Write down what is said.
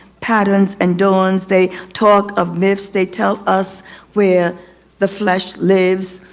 patterns and dawns. they talk of myths, they tell us where the flesh lives,